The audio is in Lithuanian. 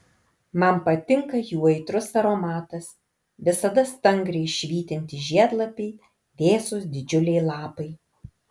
man patinka jų aitrus aromatas visada stangriai švytintys žiedlapiai vėsūs didžiuliai lapai